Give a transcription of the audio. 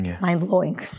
Mind-blowing